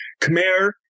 Khmer